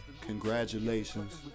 congratulations